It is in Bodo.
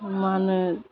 मा होनो